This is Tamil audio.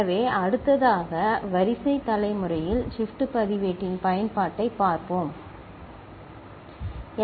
எனவே அடுத்ததாக வரிசை தலைமுறையில் ஷிப்ட் பதிவேட்டின் பயன்பாட்டைப் பார்ப்போம் சரி